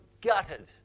gutted